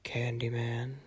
Candyman